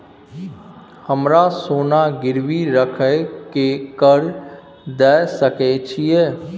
हमरा सोना गिरवी रखय के कर्ज दै सकै छिए?